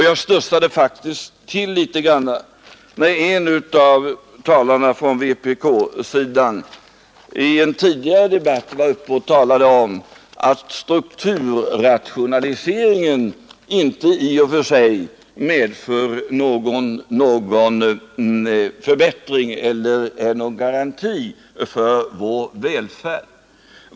Jag studsade faktiskt till litet grand när en av talarna från vpk-sidan i en tidigare debatt var uppe och talade om att strukturrationaliseringen inte i och för sig medför någon förbättring eller någon garanti för vår välfärd.